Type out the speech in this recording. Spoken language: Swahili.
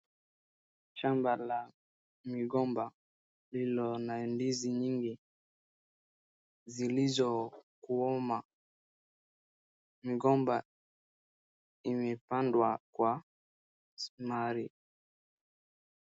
Shamba la migomba lililo na ndizi nyingi zilizokomaa. Mgomba imepandwa kwa mstari.